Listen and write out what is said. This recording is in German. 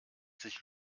sich